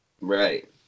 Right